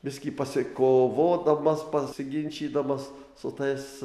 biskį pasokovodamas pasiginčydamas su tais